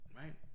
Right